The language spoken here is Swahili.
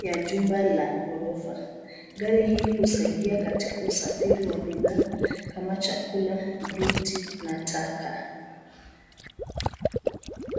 ya jumba la ghorofa. Gari hili husaidia katika usafiri wa bidhaa, kama chakula, viti, na taka.